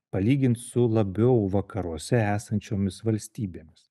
palygint su labiau vakaruose esančiomis valstybėmis